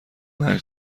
مرگ